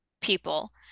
people